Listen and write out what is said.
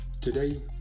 today